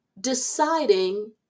deciding